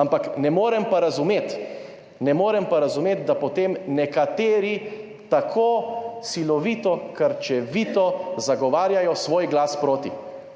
Ampak ne morem pa razumeti, ne morem pa razumeti, da potem nekateri tako silovito, krčevito zagovarjajo svoj glas proti.